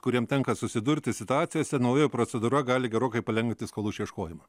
kuriem tenka susidurti situacijose naujoji procedūra gali gerokai palengvinti skolų išieškojimą